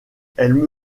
elle